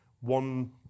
one